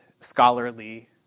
scholarly